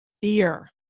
fear